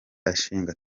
ashinga